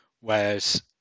whereas